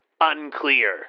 Unclear